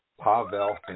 Pavel